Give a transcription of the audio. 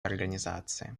организации